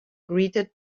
greeted